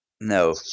No